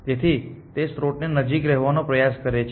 તેથી તે સ્ત્રોતની નજીક રહેવાનો પ્રયાસ કરે છે